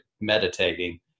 meditating